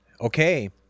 Okay